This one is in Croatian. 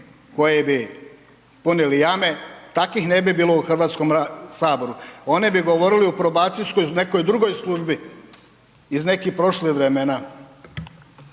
koji bi punili jame, takvih ne bi bilo u Hrvatskom saboru, oni bi govorili u probacijskoj nekoj drugoj službi iz nekih prošlih vremena.